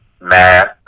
math